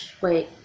wait